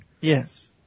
Yes